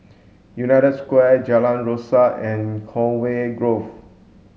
United Square Jalan Rasok and Conway Grove